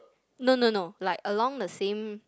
no no no like along the same